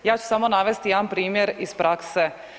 Ja ću samo navesti jedan primjer iz prakse.